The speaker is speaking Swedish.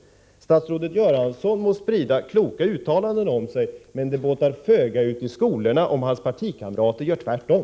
Statsrådet Göransson må sprida kloka uttalanden omkring sig, men det båtar föga ute i skolorna om hans partikamrater gör tvärtom.